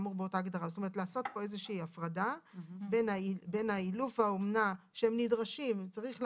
שאולפה באופן פרטני לבצע משימות או פעולות